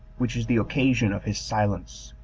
which is the occasion of his silence.